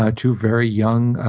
ah two very young,